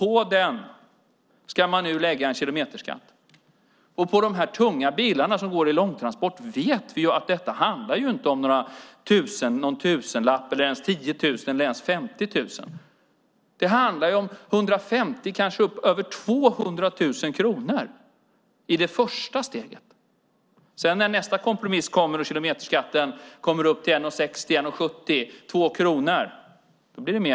Nu ska man lägga på en kilometerskatt. För dessa tunga bilar som går i långa transporter vet vi att det inte handlar om någon tusenlapp, 10 000 eller ens 50 000. Det handlar om 150 000 och kanske över 200 000 kronor i det första steget. När sedan nästa kompromiss kommer och kilometerskatten kommer upp till 1:60, 1:70 eller 2 kronor. Då blir det mer.